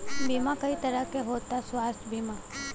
बीमा कई तरह के होता स्वास्थ्य बीमा?